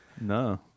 No